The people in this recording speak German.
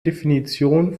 definition